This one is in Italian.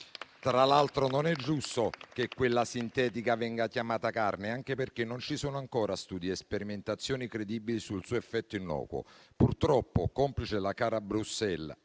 Tra l'altro, non è giusto che quella sintetica venga chiamata carne, anche perché non ci sono ancora studi e sperimentazioni credibili sul suo effetto innocuo. Purtroppo, complice la cara Bruxelles,